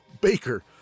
baker